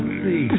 see